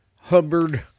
Hubbard